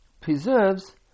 preserves